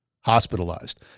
Hospitalized